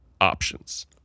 options